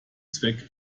zweck